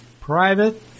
private